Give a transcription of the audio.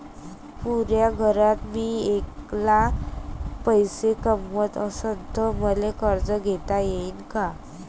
पुऱ्या घरात मी ऐकला पैसे कमवत असन तर मले कर्ज घेता येईन का?